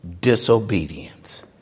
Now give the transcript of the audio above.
disobedience